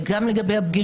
גם על הבגירים,